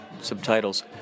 Subtitles